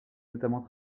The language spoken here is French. notamment